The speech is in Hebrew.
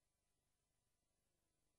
נתקבלה.